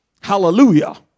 Hallelujah